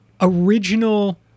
original